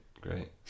Great